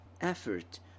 effort